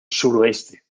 suroeste